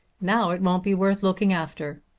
now it won't be worth looking after.